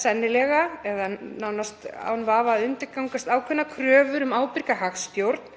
sennilega, eða nánast án vafa, að undirgangast ákveðnar kröfur um ábyrga hagstjórn,